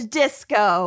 disco